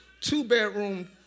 two-bedroom